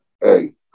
Hey